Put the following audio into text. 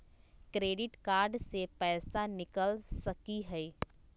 Credit card से पैसा निकल सकी हय?